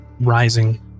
rising